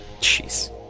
Jeez